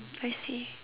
I see